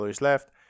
left